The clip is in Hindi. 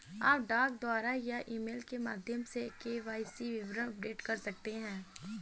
आप डाक द्वारा या ईमेल के माध्यम से के.वाई.सी विवरण अपडेट कर सकते हैं